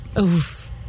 Oof